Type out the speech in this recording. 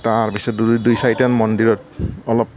তাৰপিছত দুই চাৰিটামান মন্দিৰত অলপ